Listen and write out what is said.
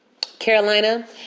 Carolina